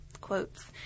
quotes